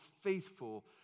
faithful